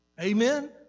Amen